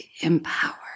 empower